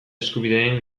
eskubideen